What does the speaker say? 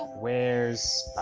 where's